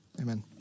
Amen